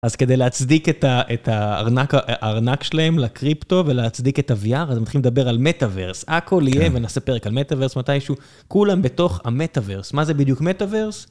אז כדי להצדיק את הארנק שלהם לקריפטו ולהצדיק את ה vr, אז הוא התחיל לדבר על metaverse. הכל יהיה, ונספר כאן metaverse מתישהו, כולם בתוך ה metaverse. מה זה בדיוק metaverse?